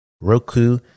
Roku